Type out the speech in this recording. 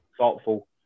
thoughtful